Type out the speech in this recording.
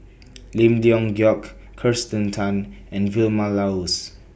Lim Leong Geok Kirsten Tan and Vilma Laus